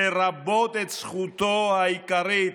לרבות את זכותו העיקרית